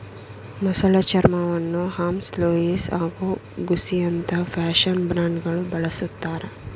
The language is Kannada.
ಮೊಸಳೆ ಚರ್ಮವನ್ನು ಹರ್ಮ್ಸ್ ಲೂಯಿಸ್ ಹಾಗೂ ಗುಸ್ಸಿಯಂತ ಫ್ಯಾಷನ್ ಬ್ರ್ಯಾಂಡ್ಗಳು ಬಳುಸ್ತರೆ